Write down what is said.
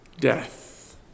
death